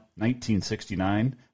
1969